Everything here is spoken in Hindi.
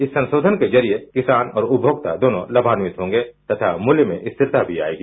इस संशोधन के जरिये किसान और उपभोक्ता दोनों लाभान्यित होंगे तथा मृत्य में स्थिरता भी आयेगी